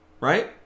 right